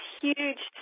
huge